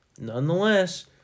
nonetheless